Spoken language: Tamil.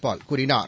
பால் கூறினார்